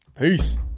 Peace